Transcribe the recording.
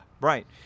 right